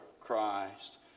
Christ